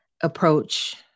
approach